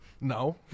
No